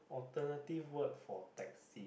alternative word for taxi